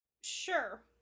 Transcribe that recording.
Sure